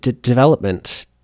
development